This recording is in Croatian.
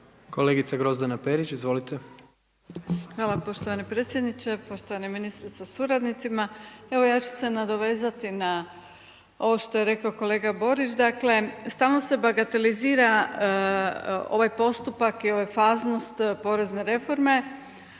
**Perić, Grozdana (HDZ)** Hvala poštovani predsjedniče, poštovani ministre sa suradnicima. Ja ću se nadovezati na ovo što je rekao kolega Borić, dakle stalno se bagatelizira ovaj postupak i .../Govornik se ne